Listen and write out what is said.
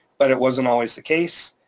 but it wasn't always the case.